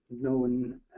known